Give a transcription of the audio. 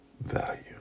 value